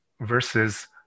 Versus